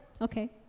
Okay